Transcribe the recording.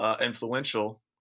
Influential